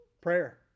Prayer